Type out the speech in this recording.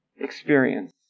experience